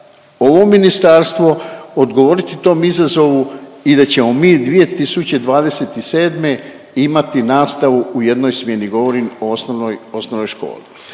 ovo ministarstvo odgovoriti tom izazovu i da ćemo mi 2027. imati nastavu u jednoj smjeni. Govorim o osnovnoj,